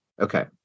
Okay